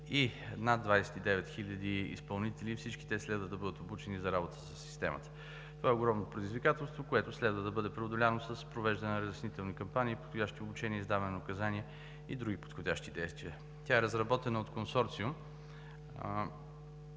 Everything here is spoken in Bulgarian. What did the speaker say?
и над 29 хиляди изпълнители и всички те следва да бъдат обучени за работа със Системата. Това е огромно предизвикателство, което следва да бъде преодоляно с провеждане на разяснителни кампании, подходящи обучения, издаване на указания и други подходящи действия. Тя е разработена от консорциум,